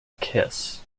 kiss